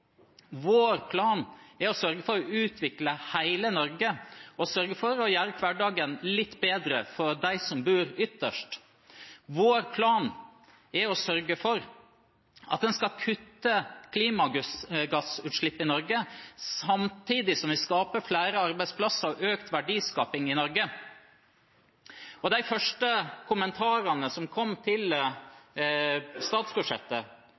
Vår plan er å sørge for å utvikle hele Norge og sørge for å gjøre hverdagen litt bedre for dem som bor ytterst. Vår plan er å sørge for å kutte klimagassutslipp i Norge samtidig som vi skaper flere arbeidsplasser og øker verdiskapingen i Norge. De første kommentarene som kom til statsbudsjettet,